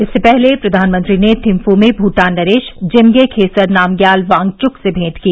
इससे पहले प्रधानमंत्री ने थिम्फू में भूटान नरेश जिम्मे खेसर नामग्याल वांगच्क से भेंट की